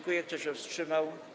Kto się wstrzymał?